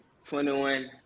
21